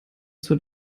zur